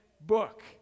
book